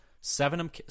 seven